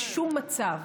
בשום מצב.